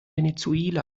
venezuela